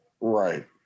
Right